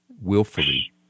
willfully